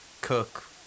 cook